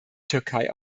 türkei